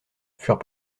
furent